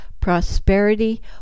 prosperity